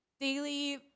daily